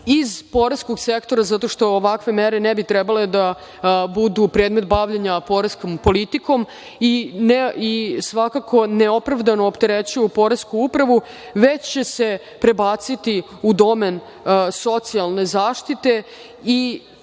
iz poreskog sektora, zato što ovakve mere ne bi trebalo da budu predmet bavljenja poreskom politikom i svakako, neopravdano opterećuju poresku upravu, već će se prebaciti u domen socijalne zaštite i